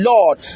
Lord